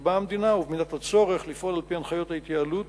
שתקבע המדינה ובמידת הצורך לפעול על-פי הנחיות ההתייעלות